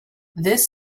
this